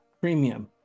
premium